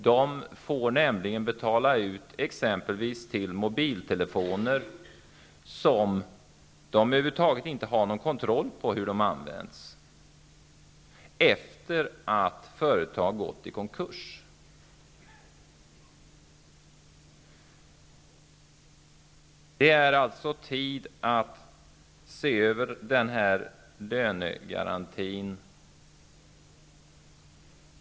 De får nämligen betala ut pengar till exempelvis mobiltelefoner, som de över huvud taget inte har någon kontroll över hur de används, efter att företag gått i konkurs. Det är alltså tid att se över lönegarantin.